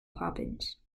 poppins